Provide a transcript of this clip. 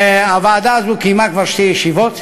הוועדה הזאת קיימה כבר שתי ישיבות.